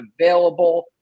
available